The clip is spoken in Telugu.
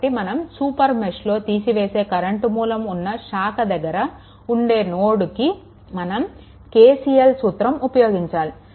కాబట్టి మనం సూపర్ మెష్లో తీసివేసే కరెంట్ మూలం ఉన్న శాఖ దగ్గర ఉండే నోడ్కి మనం KCL సూత్రం ఉపయోగించాలి